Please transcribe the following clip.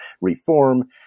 reform